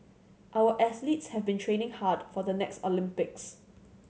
our athletes have been training hard for the next Olympics